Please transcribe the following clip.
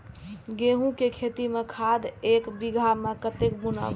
गेंहू के खेती में खाद ऐक बीघा में कते बुनब?